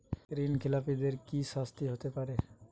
ঋণ খেলাপিদের কি শাস্তি হতে পারে?